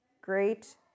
great